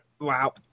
Wow